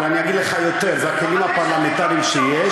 אבל אני אגיד לך יותר: אלה הכלים הפרלמנטריים שיש.